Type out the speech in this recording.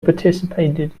participated